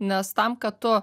nes tam kad tu